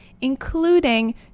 including